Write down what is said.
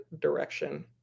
direction